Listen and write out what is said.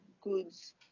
goods